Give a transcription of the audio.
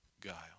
guile